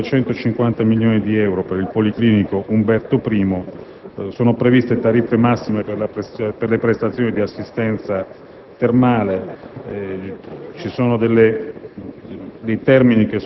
Sono stanziati 250 milioni di euro per il Policlinico Umberto I e sono previste tariffe massime per le prestazioni di assistenza termale.